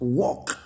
walk